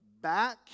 back